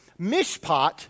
Mishpat